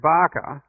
Barker